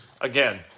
again